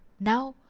now,